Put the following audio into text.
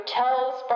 tells